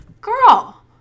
girl